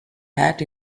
had